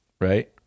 right